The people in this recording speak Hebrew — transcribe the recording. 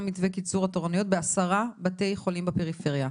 מתווה קיצור התורנויות ב-10 בתי חולים בפריפריה.